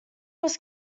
was